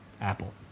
Apple